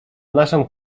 naszą